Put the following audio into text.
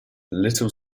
little